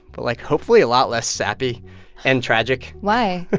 but, like, hopefully a lot less sappy and tragic why?